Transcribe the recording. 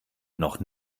noch